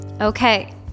Okay